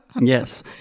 Yes